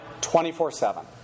24-7